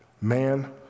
man